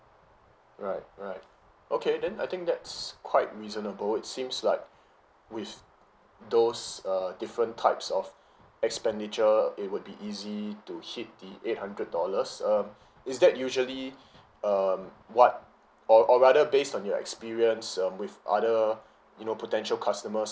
right right okay then I think that'S quite reasonable it seems like with those uh different types of expenditure it would be easy to hit the eight hundred dollars um is that usually um what or or rather based on your experience um with other you know potential customers